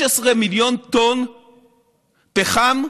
16 מיליון טון פחם,